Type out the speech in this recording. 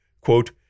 quote